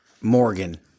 Morgan